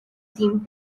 dim